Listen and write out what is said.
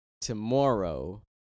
tomorrow